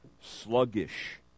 sluggish